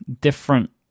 different